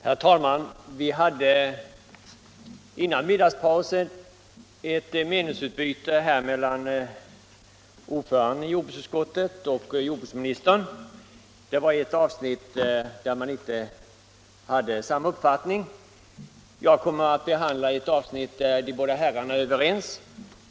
Herr talman! Vi hade före middagspausen ett meningsutbyte mellan ordföranden i jordbruksutskottet och jordbruksministern. Det gällde ett avsnitt där de inte hade samma uppfattning. Jag kommer att behandla ett avsnitt där de båda herrarna är överens.